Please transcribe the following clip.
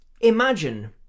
Imagine